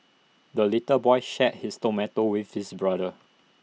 the little boy shared his tomato with his brother